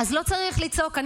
אז לא צריך לצעוק.